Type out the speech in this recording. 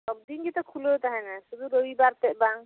ᱥᱚᱵᱫᱤᱱ ᱜᱮᱛᱚ ᱠᱷᱩᱞᱟᱹᱣ ᱛᱟᱦᱮᱸ ᱥᱩᱫᱩ ᱨᱩᱵᱤᱵᱟᱨ ᱛᱮᱫ ᱵᱟᱝ